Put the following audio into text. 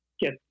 get